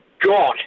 God